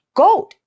gold